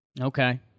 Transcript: Okay